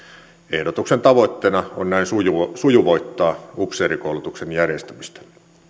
ehdotuksen tavoitteena on näin sujuvoittaa upseerikoulutuksen järjestämistä